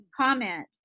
comment